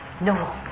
No